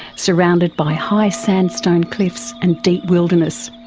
surrounded by high sandstone cliffs and deep wilderness.